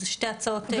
זה שתי הצעות נפרדות.